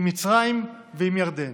עם מצרים ועם ירדן.